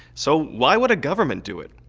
so why would a government do it?